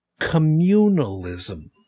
communalism